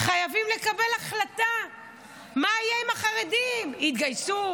חייבים לקבל החלטה מה יהיה עם החרדים: יתגייסו,